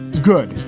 good.